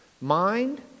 mind